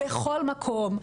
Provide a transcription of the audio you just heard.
בכל מקום,